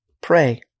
pray